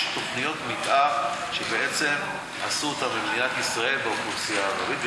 יש תוכניות מתאר שבעצם עשו אותן במדינת ישראל לאוכלוסייה הערבית,